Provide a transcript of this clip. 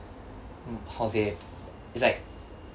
mm how to say it's like